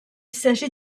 s’agit